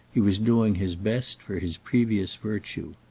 he was doing his best for his previous virtue.